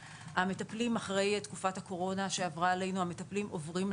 אחרי תקופת הקורונה שעברה עלינו,